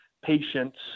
patients